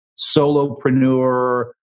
solopreneur